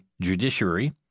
judiciary